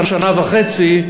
שנה וחצי,